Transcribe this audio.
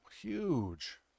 huge